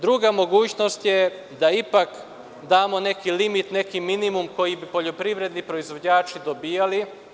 Druga mogućnost je da ipak damo neki limit, neki minimum koji bi poljoprivredni proizvođači dobijali.